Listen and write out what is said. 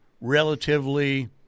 relatively